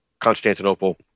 Constantinople